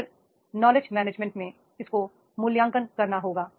फिर knowledge management में आपको मूल्यांकन करना होगा